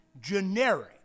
generic